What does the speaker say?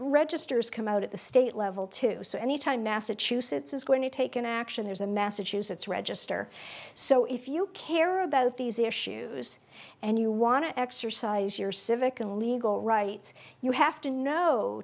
registers come out at the state level too so any time massachusetts is going to take an action there's a massachusetts register so if you care about these issues and you want to exercise as your civic and legal rights you have to know